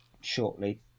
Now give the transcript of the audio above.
shortly